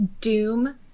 Doom